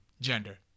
gender